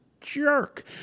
jerk